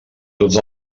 tots